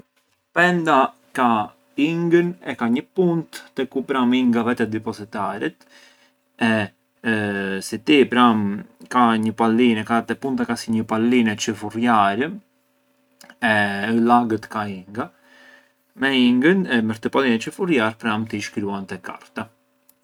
Penda ka ingën e ka një puntë te ku pranë inga vet’e depositaret e si ti pranë ka një paline- te punta ka si një paline çë furriar e ë lagët ka inga, me ingën e me këtë paline çë furriar pranë ti shkruan te karta.